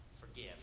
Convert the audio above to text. Forgive